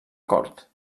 cort